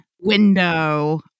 window